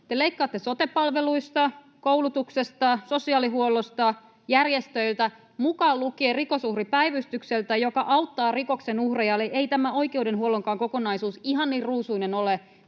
Te leikkaatte sote-palveluista, koulutuksesta, sosiaalihuollosta, järjestöiltä, mukaan lukien Rikosuhripäivystykseltä, joka auttaa rikoksen uhreja, eli ei tämä oikeudenhuollonkaan kokonaisuus ihan niin ruusuinen ole